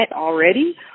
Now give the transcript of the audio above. already